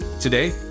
Today